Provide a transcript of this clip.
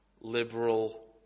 liberal